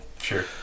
Sure